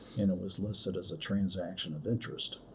and it was listed as a transaction of interest.